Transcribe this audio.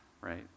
right